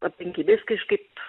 aplinkybės kažkaip